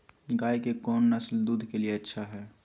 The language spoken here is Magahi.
गाय के कौन नसल दूध के लिए अच्छा है?